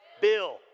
bill